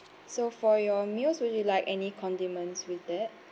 so for your meals would you like any condiments with that